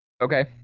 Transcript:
Okay